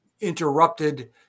interrupted